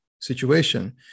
situation